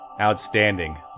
Outstanding